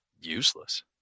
useless